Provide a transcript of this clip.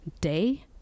day